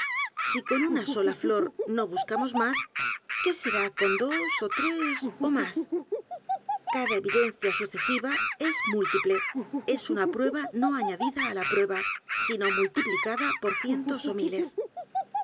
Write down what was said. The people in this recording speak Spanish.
si con una solaflor no buscamos más qué será con dos tres ó más cada evidencia sucesiva es múltiple es u n a prueba no añadida á la prueba sino multiplicada p o r cientos ó miles